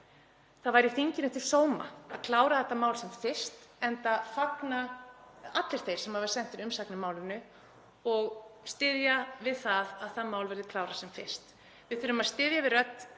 Það væri þinginu til sóma að klára þetta mál sem fyrst, enda fagna allir þeir sem hafa sent inn umsagnir málinu og styðja að það mál verði klárað sem fyrst. Við þurfum að styðja við rödd